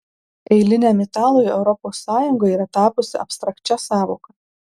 eiliniam italui europos sąjunga yra tapusi abstrakčia sąvoka